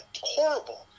horrible